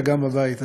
וגם בבית הזה,